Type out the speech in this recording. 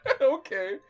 Okay